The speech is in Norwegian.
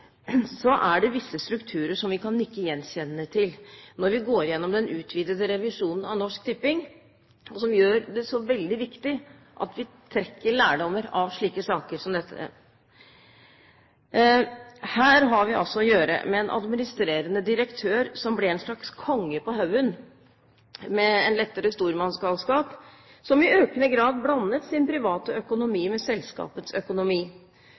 Så langt Aftenposten. Uten sammenligning for øvrig og i en helt annen målestokk – selvfølgelig mye mindre – er det visse strukturer som vi kan nikke gjenkjennende til når vi går gjennom den utvidede revisjonen av Norsk Tipping, og som gjør at det er veldig viktig at vi trekker lærdommer av slike saker som dette. Her har vi altså å gjøre med en administrerende direktør som ble en slags konge på haugen – med lettere stormannsgalskap – som i